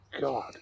God